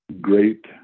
great